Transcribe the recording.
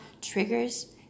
triggers